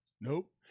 Nope